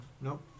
Nope